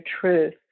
truth